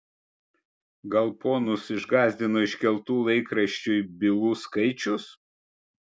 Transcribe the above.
gal ponus išgąsdino iškeltų laikraščiui bylų skaičius